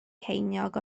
ceiniog